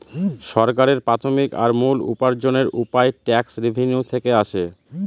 সরকারের প্রাথমিক আর মূল উপার্জনের উপায় ট্যাক্স রেভেনিউ থেকে আসে